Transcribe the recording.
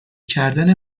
کردن